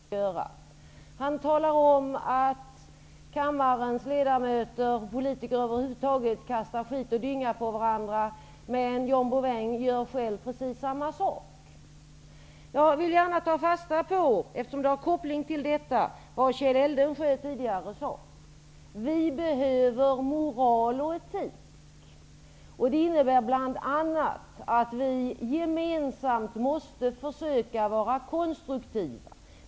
Herr talman! Jag blir beklämd när jag lyssnar till John Bouvin. Han gör precis samma sak som han beskyller alla andra för att göra. Han talar om att kammarens ledamöter och politiker över huvud taget kastar skit och dynga på varandra, men han gör själv precis samma sak. Eftersom det hör ihop med detta vill jag ta fasta på vad Kjell Eldensjö sade tidigare, nämligen att vi behöver moral och etik. Det innebär bl.a. att vi gemensamt måste försöka vara konstruktiva.